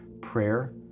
prayer